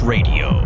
Radio